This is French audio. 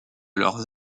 leur